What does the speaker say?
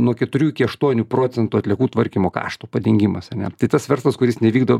nuo keturiu iki aštuonių procentų atliekų tvarkymo kašto padengimas ane tai tas verslas kuris nevykdo